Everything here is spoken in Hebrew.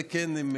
זה כן.